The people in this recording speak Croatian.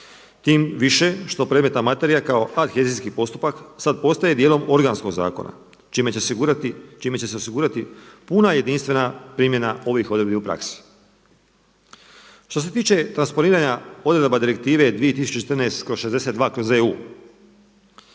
tim više što predmetna materija kao …/Govornik se ne razumije./… sad postaje dijelom organskog zakona čime će se osigurati puna jedinstvena primjena ovih odredbi u praksi. Što se tiče transporiranja odredaba Direktive 2014/62/EU